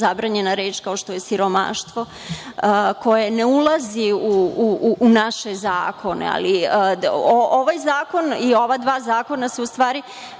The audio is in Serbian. reč, kao što je i siromaštvo koje ne ulazi u naše zakone. Ovaj zakon, ova dva zakona se u stvari